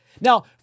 Now